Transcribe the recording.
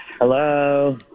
Hello